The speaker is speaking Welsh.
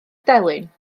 delyn